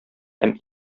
һәм